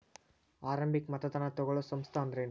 ಆರಂಭಿಕ್ ಮತದಾನಾ ತಗೋಳೋ ಸಂಸ್ಥಾ ಅಂದ್ರೇನು?